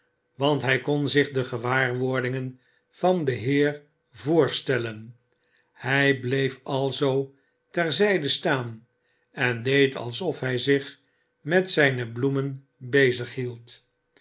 want hij kon zich de gewaarwordingen van den heer voorstellen hij bleef alzoo ter zijde staan en deed alsof hij zich met zijne bloemen bezig hield